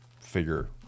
figure